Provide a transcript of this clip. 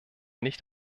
nicht